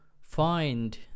find